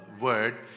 word